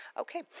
Okay